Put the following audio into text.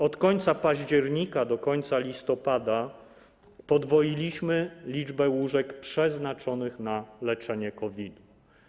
Od końca października do końca listopada podwoiliśmy liczbę łóżek przeznaczonych na leczenie COVID.